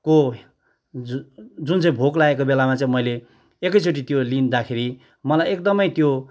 को जुन जुन चाहिँ भोक लागेको बेलामा चाहिँ मैले एकैचोटि त्यो लिँदाखेरि मलाई एकदमै त्यो